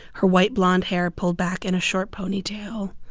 her white-blonde hair pulled back in a short ponytail.